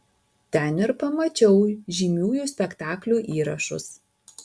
ten ir pamačiau žymiųjų spektaklių įrašus